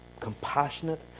compassionate